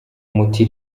muti